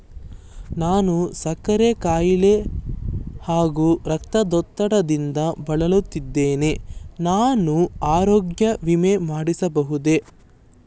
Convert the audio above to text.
ನಾನು ಸಕ್ಕರೆ ಖಾಯಿಲೆ ಹಾಗೂ ರಕ್ತದ ಒತ್ತಡದಿಂದ ಬಳಲುತ್ತಿದ್ದೇನೆ ನಾನು ಆರೋಗ್ಯ ವಿಮೆ ಮಾಡಿಸಬಹುದೇ?